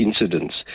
incidents